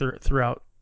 throughout